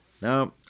Now